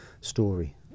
story